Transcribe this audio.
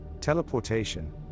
teleportation